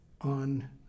on